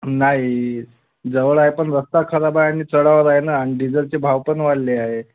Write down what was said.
नाही जवळ आहे पण रस्ता खराब आहे आणि चढावर आहे ना आणि डिझलचे भाव पण वाढले आहे